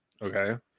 okay